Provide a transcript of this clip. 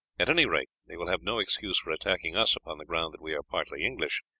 at any rate they will have no excuse for attacking us upon the ground that we are partly english,